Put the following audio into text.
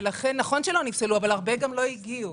נכון שלא נפסלו, אבל הרבה גם לא הגיעו.